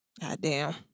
Goddamn